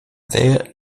there